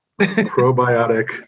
probiotic